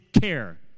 care